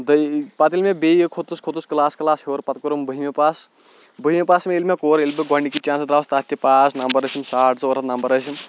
دٔے پَتہٕ ییٚلہٕ کھۄتُس کھۄتُس کٕلاس کٕلاس ہیوٚر پَتہٕ کوٚرُم بٔہمہِ پاس بٔہمہِ پاس ییٚلہِ مےٚ کوٚر ییٚلہِ بہٕ گۄڈنِکی چانٕسہٕ درٛاوُس تَتھ تہِ پاس نمبر ٲسِم ساڑ ژور ہَتھ نمبر ٲسِم